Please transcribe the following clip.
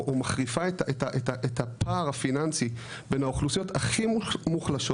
או מחריפה את הפער הפיננסי בין האוכלוסיות הכי מוחלשות